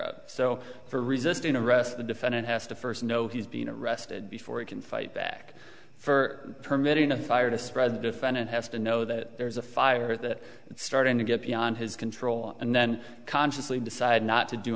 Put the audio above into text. of so for resisting arrest the defendant has to first know he's been arrested before he can fight back for permitting a fire to spread the defendant has to know that there's a fire that started to get beyond his control and then consciously decide not to do